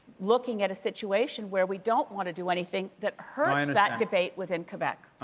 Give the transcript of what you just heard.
looking at a situation where we don't want to do anything that hurts that debate within quebec.